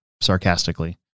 sarcastically